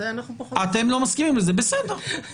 לזה אנחנו פחות --- אתם לא מסכימים לזה, בסדר.